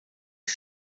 ich